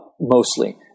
mostly